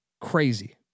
Crazy